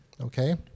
Okay